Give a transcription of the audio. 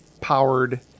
powered